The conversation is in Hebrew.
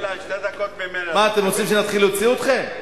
מה, אתם רוצים שנתחיל להוציא אתכם?